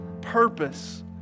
purpose